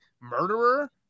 murderer